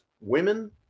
women